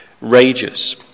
rages